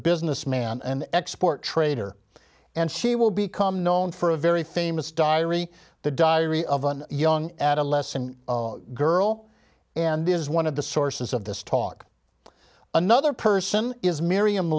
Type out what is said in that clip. businessman an export trader and she will become known for a very famous diary the diary of a young adolescent girl and is one of the sources of this talk another person is miriam